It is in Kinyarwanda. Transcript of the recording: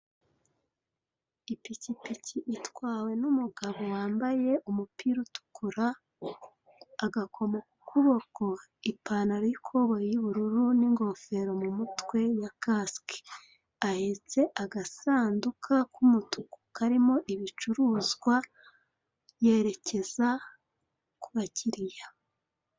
Ipikipiki itwawe n'umugabo wambaye umupira utukura, agakomo ku kuboko, ipantalo y'ikoboyi y'ubururu n'ingofero mu mutwe ya casike; ahetse agasanduku k'umutuku karimo ibicuruzwa, yerekeza ku bakiliya.